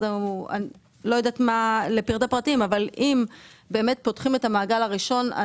באמת פותחים את המעגל הראשון,